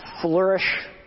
flourish